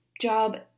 job